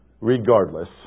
regardless